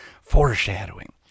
Foreshadowing